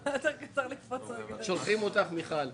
מקסימום נצביע עוד